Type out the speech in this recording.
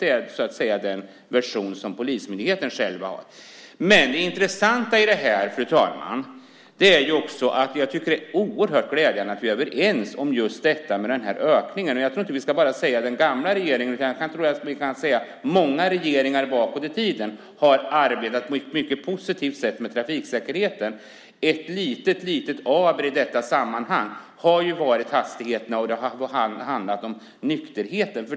Det är så att säga den version som polismyndigheten själv har. Men det intressanta i detta, vilket jag tycker är oerhört glädjande, är att vi är överens om just denna ökning. Jag tror inte att vi ska säga att bara den gamla regeringen utan många regeringar bakåt i tiden har arbetat på ett mycket positivt sätt med trafiksäkerheten. Ett litet aber i detta sammanhang har varit hastigheterna och nykterheten.